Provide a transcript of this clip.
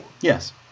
Yes